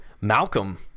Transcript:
Malcolm